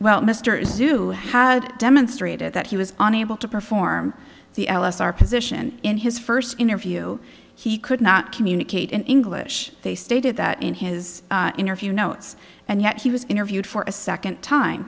well mr is due had demonstrated that he was unable to perform the l s r position in his first interview he could not communicate in english they stated that in his interview notes and yet he was interviewed for a second time